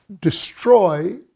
destroy